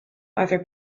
other